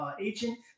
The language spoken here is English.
agent